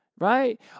right